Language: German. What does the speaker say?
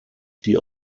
die